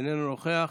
איננו נוכח,